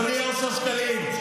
אדוני אושר שקלים,